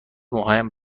موهایم